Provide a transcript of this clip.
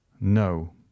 No